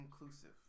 inclusive